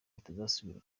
bitazasubira